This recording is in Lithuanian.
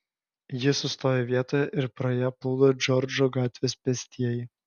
ji sustojo vietoje ir pro ją plūdo džordžo gatvės pėstieji